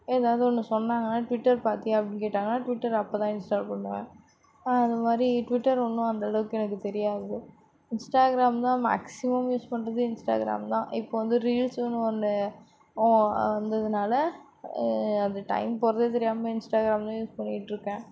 ஏதாவது ஒன்று சொன்னாங்கனா ட்விட்டர் பார்த்தியா அப்படினு கேட்டாங்கனா ட்விட்டர் அப்போதான் இன்ஸ்டால் பண்ணுவேன் அதுமாதிரி ட்விட்டர் ஒன்றும் அந்தளவுக்கு எனக்கு தெரியாது இன்ஸ்டாகிராம் தான் மேக்ஸிமம் யூஸ் பண்ணுறது இன்ஸ்டாகிராம் தான் இப்போ வந்து ரீல்ஸ் வந்து ஒன்று வந்ததினால அது டைம் போகிறதே தெரியாமல் இன்ஸ்டாகிராமை யூஸ் பண்ணிகிட்டு இருக்கேன்